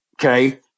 Okay